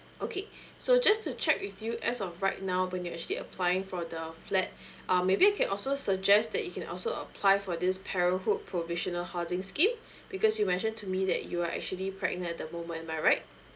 okay so just to check with you as of right now when you actually applying for the flat um maybe I can also suggest that you can also apply for this parenthood provisional housing scheme because you mentioned to me that you're actually pregnant at the moment am I right